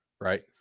right